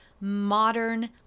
modern